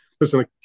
Listen